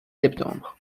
septembre